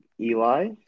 Eli